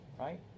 Right